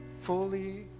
fully